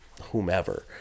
whomever